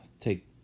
take